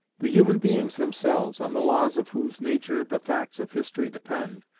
the human beings themselves, on the laws of whose nature the facts of history depend,